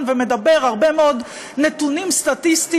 ואומר הרבה מאוד נתונים סטטיסטיים.